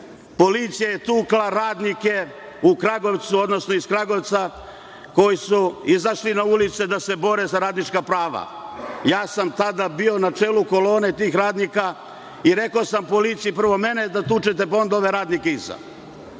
policija je tukla radnike u Kragujevcu, odnosno iz Kragujevca koji su izašli na ulice da se bore za radnička prava. Tada sam bio na čelu kolone tih radnika i rekao sam policiji, prvo mene da tučete, pa onda radnike iza.